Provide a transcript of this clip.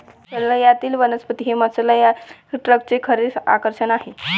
मत्स्यालयातील वनस्पती हे मत्स्यालय टँकचे खरे आकर्षण आहे